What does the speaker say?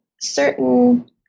certain